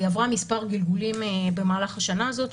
היא עברה מספר גלגולים במהלך השנה הזאת,